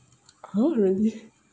!huh! really